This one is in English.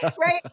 right